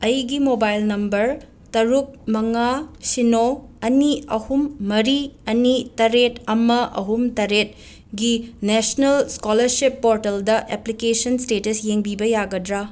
ꯑꯩꯒꯤ mobile number ꯇꯔꯨꯛ ꯃꯉꯥ ꯁꯤꯅꯣ ꯑꯅꯤ ꯑꯍꯨꯝ ꯃꯔꯤ ꯑꯅꯤ ꯇꯔꯦꯠ ꯑꯃ ꯑꯍꯨꯝ ꯇꯔꯦꯠ ꯒꯤ ꯅꯦꯁꯅꯦꯜ ꯁ꯭ꯀꯣꯂꯔꯁꯤꯞ ꯄꯣꯔꯇꯦꯜꯗ ꯑꯦꯄ꯭ꯂꯤꯀꯦꯁꯟ ꯁ꯭ꯇꯦꯇꯁ ꯌꯦꯡꯕꯤꯕ ꯌꯥꯒꯗ꯭ꯔꯥ